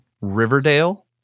Riverdale